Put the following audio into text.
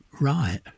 Right